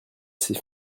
c’est